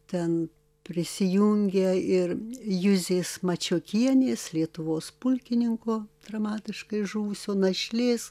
ten prisijungia ir juzės mačiokienės lietuvos pulkininko dramatiškai žuvusio našlės